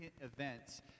events